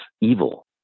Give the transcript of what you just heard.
evil